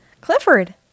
Clifford